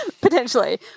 Potentially